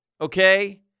Okay